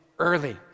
early